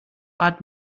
bad